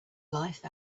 life